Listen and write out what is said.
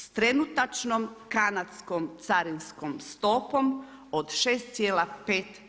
S trenutačnom kanadskom carinskom stopom od 6,5%